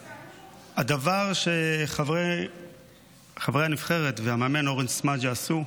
הדבר שחברי הנבחרת והמאמן אורן סמדג'ה עשו,